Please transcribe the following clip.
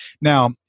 Now